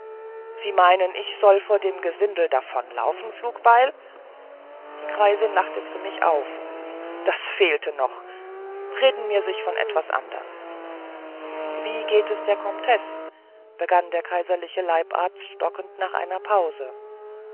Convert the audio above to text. sie meinen ich soll vor dem gesindel davonlaufen flugbeil die greisin lachte grimmig auf das fehlte noch reden mir sich von etwas anderm wie geht es der komtesse begann der kaiserliche leibarzt stockend nach einer pause